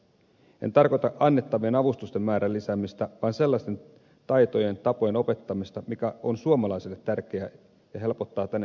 en tarkoita annettavien avustusten määrän lisäämistä vaan sellaisten taitojen ja tapojen opettamista jotka ovat suomalaisille tärkeitä ja helpottavat tänne sopeutumista